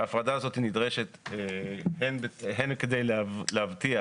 ההפרדה הזאת נדרשת הן כדי להבטיח